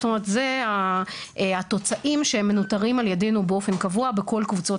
זאת אומרת זה התוצאים שמנותרים על ידינו באופן קבוע בכל קבוצות